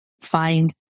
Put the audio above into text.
find